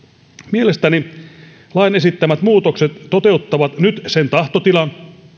mielestäni lain esittämät muutokset toteuttavat nyt sen tahtotilan